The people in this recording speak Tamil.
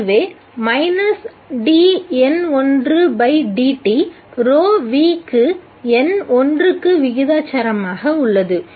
எனவே மைனஸ் dN1dt ρν க்கு N1 க்கு விகிதாசாரமாக உள்ளது